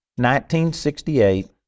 1968